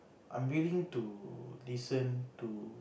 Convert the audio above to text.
I'm willing to listen to